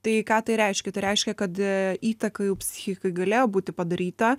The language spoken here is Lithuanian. tai ką tai reiškia tai reiškia kad a įtaka jau psichikai galėjo būti padaryta